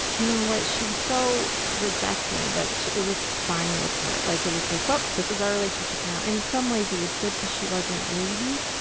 you know what, she was so rejecting that it was fine with her, like it was like, well, this is our relationship now. so in some ways it was good because she wasn't needy.